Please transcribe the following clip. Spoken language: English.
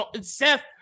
Seth